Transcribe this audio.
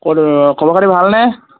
অঁ খবৰ খাতি ভাল নে